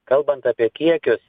kalbant apie kiekius